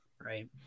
Right